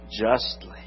justly